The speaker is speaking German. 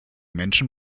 menschen